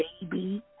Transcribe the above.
baby